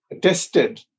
tested